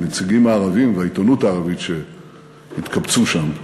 לנציגים הערבים ולעיתונות הערבית שהתקבצו שם.